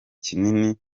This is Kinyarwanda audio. kinini